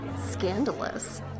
Scandalous